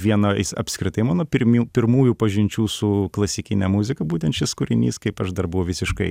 viena jis apskritai mano pirmiu pirmųjų pažinčių su klasikine muzika būtent šis kūrinys kaip aš dar buvau visiškai